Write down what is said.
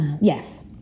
Yes